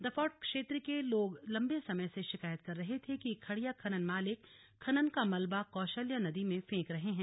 दफौट क्षेत्र के लोग लंबे समय से शिकायत कर रहे थे कि खड़िया खनन मालिक खनन का मलबा कौशल्या नदी में फेंक रहे हैं